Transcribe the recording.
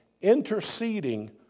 interceding